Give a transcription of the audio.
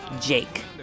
Jake